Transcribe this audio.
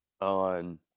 on